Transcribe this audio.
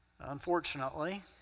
Unfortunately